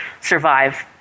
survive